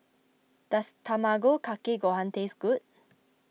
does Tamago Kake Gohan taste good